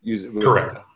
Correct